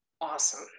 awesome